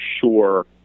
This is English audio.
sure